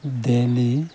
Delhi